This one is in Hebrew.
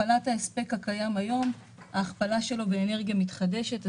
הכפלת ההספק הקיים היום באנרגיה מתחדשת.